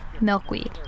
milkweed